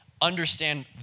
understand